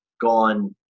gone